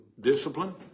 Discipline